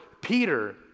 Peter